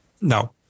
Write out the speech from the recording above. No